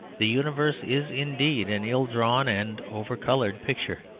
the universe is indeed an ill-drawn and over-coloured picture,